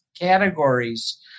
categories